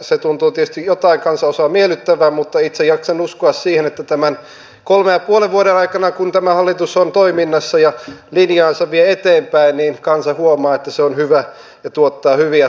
se tuntuu tietysti jotain kansanosaa miellyttävän mutta itse jaksan uskoa siihen että tämän kolmen ja puolen vuoden aikana kun tämä hallitus on toiminnassa ja linjaansa vie eteenpäin kansa huomaa että se on hyvä ja tuottaa hyviä tuloksia